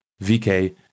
VK